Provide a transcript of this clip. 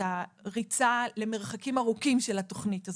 הריצה למרחקים ארוכים של התוכנית הזאת,